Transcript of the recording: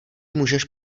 můžeš